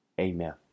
amen